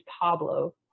pablo